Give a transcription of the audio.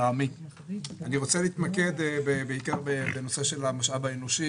אני רוצה להתמקד בנושא של המשאב האנושי